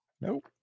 Nope